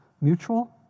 mutual